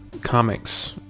comics